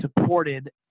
supported